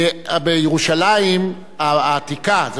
זאת אומרת בירושלים שלפני קום המדינה,